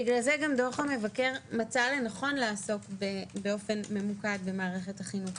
לכן גם דוח המבקר מצא לנכון לעסוק באופן ממוקד במערכת החינוך.